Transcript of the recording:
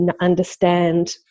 understand